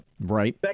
Right